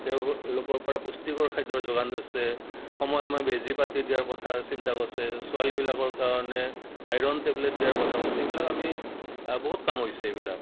তেওঁলোকৰ পৰা পুষ্টিকৰ খাদ্য যোগান ধৰিছে সময় সময়ে বেজি পাতি দিয়াৰ কথা চিন্তা কৰিছে ছোৱালীবিলাকৰ কাৰণে আইৰণ টেবলেট দিয়াৰ কথা কৰিছে এইবিলাক আমি বহুত কাম হৈছে এইবিলাক